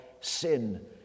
sin